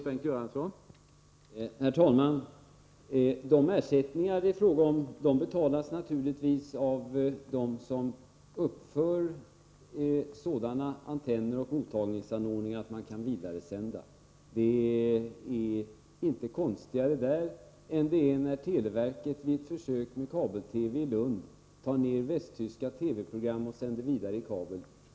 Herr talman! De ersättningar det är fråga om betalas naturligtvis av dem som uppför sådana antenner och mottagningsanordningar att man kan vidaresända. Det är inte konstigare där än det är när televerket vid försök med kabel-TV i Lund tar ner västtyska TV-program och sänder vidare i kabel.